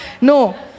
No